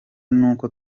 nuko